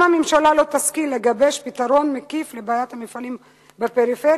אם הממשלה לא תשכיל לגבש פתרון מקיף לבעיית המפעלים בפריפריה,